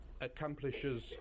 accomplishes